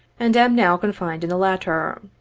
and am now confined in the latter.